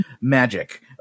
Magic